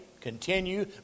continue